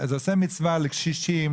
זה עושה מצווה לקשישים,